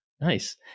nice